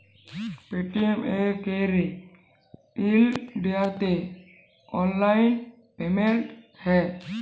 Paytm এ ক্যইরে ইলডিয়াতে অললাইল পেমেল্ট হ্যয়